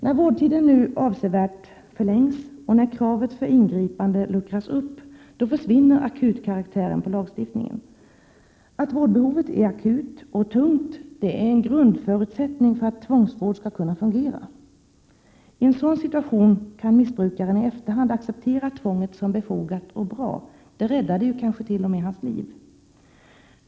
När vårdtiden nu förlängs avsevärt och när kravet för ingripande luckras upp försvinner lagstiftningens akutkaraktär. Att vårdbehovet är akut och tungt är en grundförutsättning för att tvångsvård skall kunna fungera. I en sådan situation kan missbrukaren i efterhand acceptera tvånget som befogat och bra. Det räddade ju kanske t.o.m. hans liv.